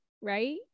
right